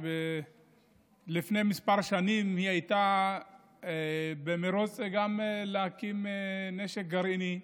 לפני כמה שנים היא הייתה במרוץ להקים נשק גרעיני,